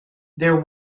their